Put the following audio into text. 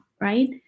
right